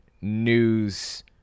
News